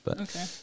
Okay